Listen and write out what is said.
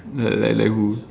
like like like who